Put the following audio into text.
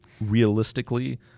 Realistically